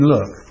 Look